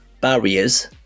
barriers